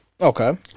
Okay